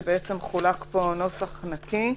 שבעצם חולק פה נוסח נקי.